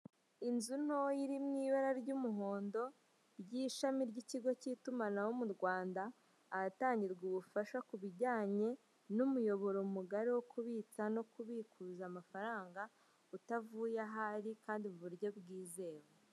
Inzu ntoya iri mw'ibara ry'umuhondo ry'ishami ry'ikigo cy'itumanaho m'urwanda ahatangirwa ubufasha kubijyanye n'umuyoboro mugari wo kubitsa no kubikuza amafaranga utavuye aho uri kandi muburyo bwizewe.